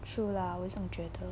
true lah 我也这样觉得